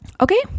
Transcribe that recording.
okay